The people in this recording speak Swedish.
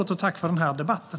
Tack för debatten!